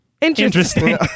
Interesting